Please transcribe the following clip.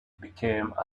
became